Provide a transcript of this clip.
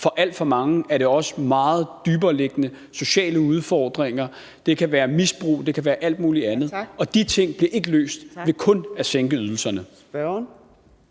For alt for mange er det også meget dybereliggende sociale udfordringer. Det kan være misbrug, det kan være alt muligt andet. De ting bliver ikke løst ved kun at sænke ydelserne.